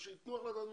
אז שייתנו החלטת ממשלה.